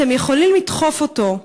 אתם יכולים לדחוף אותו,